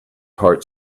heart